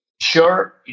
sure